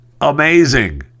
amazing